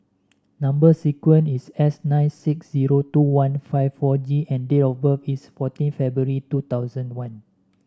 number sequence is S nine six zero two one five four G and date of birth is fourteen February two thousand one